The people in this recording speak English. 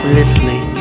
listening